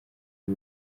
w’u